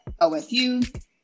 OSU